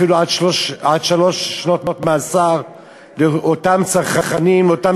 אפילו עד שלוש שנות מאסר לאותם צרכנים ואותם